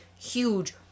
huge